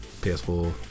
PS4